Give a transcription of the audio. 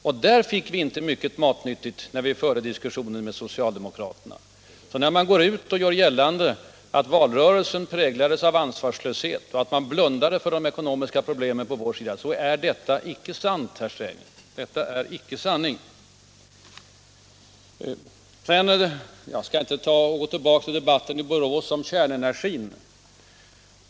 Och där fick vi inte mycket matnyttigt när vi förde diskussionen med socialdemokraterna. När man nu går ut och gör gällande att valrörelsen präglats av ansvarslöshet och att vi på vår sida blundade för de ekonomiska problemen då är detta inte sant, herr Sträng. Detta är icke sanning! Jag skall inte gå tillbaka till debatten i Borås om kärnenergin.